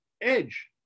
Edge